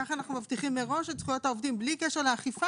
כך אנחנו מבטיחים מראש את זכויות העובדים בלי קשר לאכיפה.